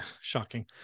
Shocking